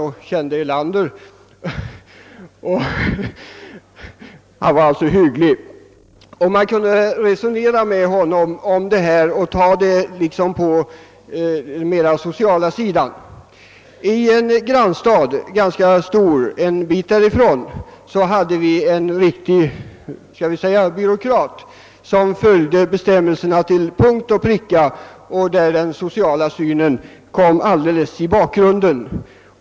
Han var för resten från Värmland och kände statsminister Erlander. Man kunde resonera med honom och få honom att också se frågorna från den sociala sidan. I en ganska stor grannstad ett stycke därifrån hade man däremot en typisk byråkrat, som följde bestämmelserna till punkt och pricka. Hos honom kom den sociala synen helt i skymundan.